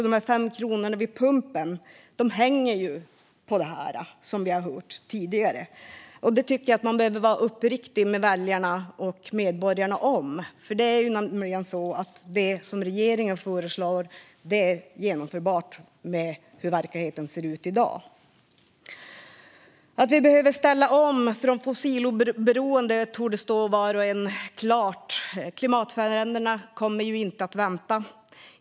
De 5 kronorna vid pumpen hänger på detta, som vi har hört tidigare. Det tycker jag att man behöver vara uppriktig med mot väljarna och medborgarna. Det är nämligen så att det som regeringen föreslår är genomförbart utifrån hur verkligheten ser ut i dag. Att vi behöver ställa om till fossiloberoende torde stå var och en klart. Klimatförändringarna kommer ju inte att vänta.